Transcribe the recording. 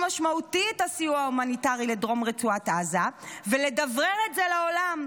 משמעותי את הסיוע ההומניטרי לדרום רצועת עזה ולדברר את זה לעולם.